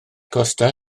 costau